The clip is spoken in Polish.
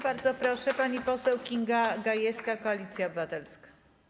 Bardzo proszę, pani poseł Kinga Gajewska, Koalicja Obywatelska.